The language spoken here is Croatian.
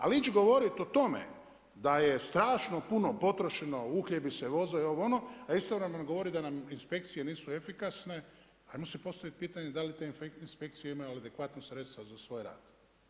A ići govoriti o tome, da je strašno puno potrošeno, uhljebi se voz, ovo ono, a istovremeno govoriti da nam inspekcije nisu efikasne, ajmo sad postaviti pitanje, da li te inspekcije imaju adekvatna sredstva za svoj rad.